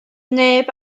neb